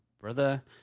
brother